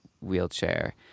wheelchair